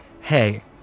Hey